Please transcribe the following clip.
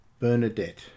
Bernadette